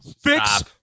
Fix